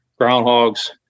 groundhogs